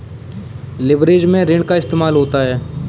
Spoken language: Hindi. लिवरेज में ऋण का इस्तेमाल होता है